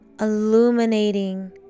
illuminating